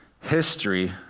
History